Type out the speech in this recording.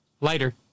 Later